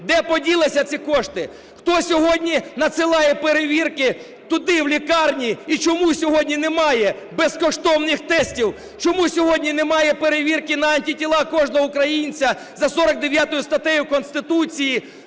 Де поділися ці кошти? Хто сьогодні надсилає перевірки туди в лікарні і чому сьогодні немає безкоштовних тестів? Чому сьогодні немає перевірки на антитіла кожного українця за 49 статтею Конституції